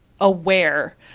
aware